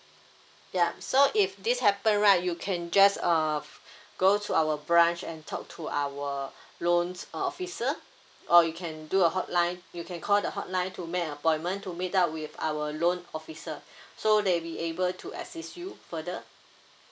ya so if this happen right you can just uh go to our branch and talk to our loans uh officer or you can do a hotline you can call the hotline to make an appointment to meet up with our loan officer so they be able to assist you further